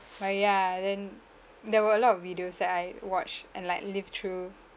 but ya then there were a lot of videos that I watched and like lived through